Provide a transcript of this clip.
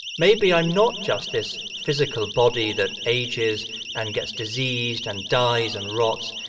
maybe i'm not just this physical body that ages and gets diseased and dies and rots.